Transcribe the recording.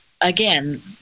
Again